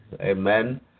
amen